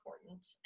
important